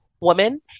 woman